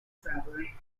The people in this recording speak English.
traveller